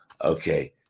Okay